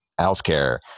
healthcare